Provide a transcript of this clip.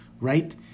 right